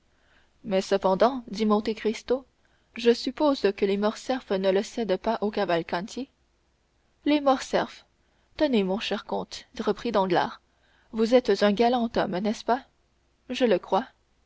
mais cependant dit monte cristo je suppose que les morcerf ne le cèdent pas aux cavalcanti les morcerf tenez mon cher comte reprit danglars vous êtes un galant homme n'est-ce pas je le crois